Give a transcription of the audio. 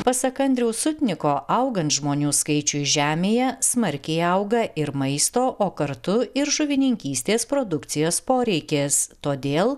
pasak andriaus sutniko augant žmonių skaičiui žemėje smarkiai auga ir maisto o kartu ir žuvininkystės produkcijos poreikis todėl